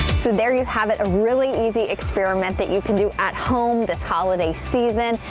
so there you have it really easy experiment that you can do at home this holiday season,